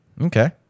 Okay